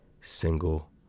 single